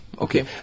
Okay